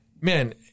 Man